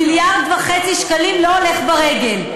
1.5 מיליארד שקלים, לא הולך ברגל.